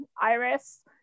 Iris